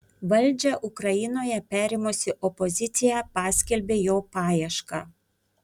valdžią ukrainoje perėmusi opozicija paskelbė jo paiešką